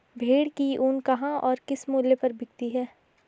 भेड़ की ऊन कहाँ और किस मूल्य पर बिकती है?